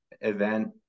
event